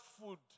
food